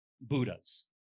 Buddha's